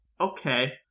Okay